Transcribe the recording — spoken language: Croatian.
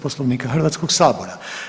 Poslovnika Hrvatskog sabora.